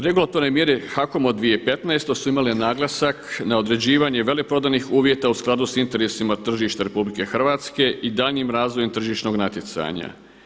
Regulatorne mjere HAKOM-a u 2015. su imale naglasak na određivanje veleprodajnih uvjeta u skladu s interesima tržišta RH i daljnjim razvojem tržišnog natjecanja.